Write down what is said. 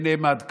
ונעמד כאן.